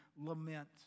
lament